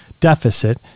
deficit